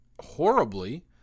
horribly